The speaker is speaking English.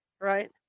Right